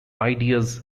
ideas